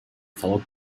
столом